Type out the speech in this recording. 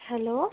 hello